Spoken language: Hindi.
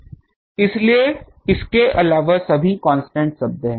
इसलिए इसके अलावा सभी कांस्टेंट शब्द हैं